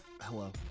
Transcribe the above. hello